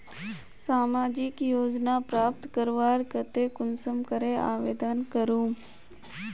सामाजिक योजना प्राप्त करवार केते कुंसम करे आवेदन करूम?